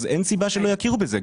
אין סיבה שלא יכירו בזה.